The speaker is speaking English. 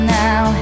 now